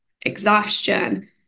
exhaustion